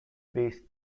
based